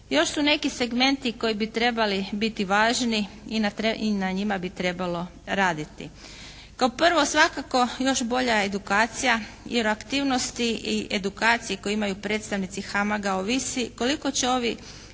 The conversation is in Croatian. Još su neki segmenti koji bi trebali biti važni i na njima bi trebalo raditi. Kao prvo svakako još bolja edukacija jer aktivnosti i edukacije koje imaju predstavnici HAMAG-a ovisi koliko će ovi